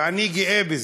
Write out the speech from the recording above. אני גאה בזה.